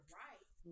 right